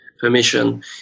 permission